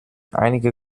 einige